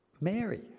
Mary